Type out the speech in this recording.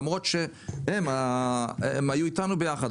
למרות שהם, הם היו איתנו ביחד.